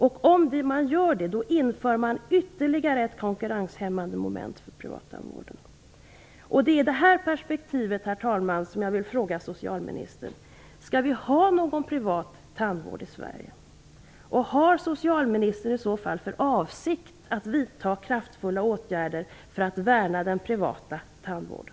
Om man genomför det inför man ytterligare ett konkurrenshämmande moment för privattandvården.